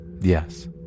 Yes